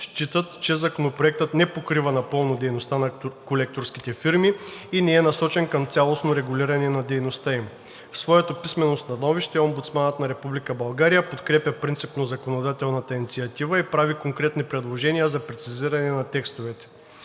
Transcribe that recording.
считат, че Законопроектът не покрива напълно дейността на колекторските фирми и не е насочен към цялостно регулиране на дейността им. В своето писмено становище Омбудсманът на Република България подкрепя принципно законодателната инициатива и прави конкретни предложения за прецизиране на текстовете.